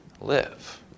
live